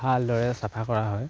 ভালদৰে চাফা কৰা হয়